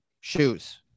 shoes